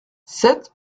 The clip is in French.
sept